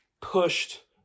pushed